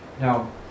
Now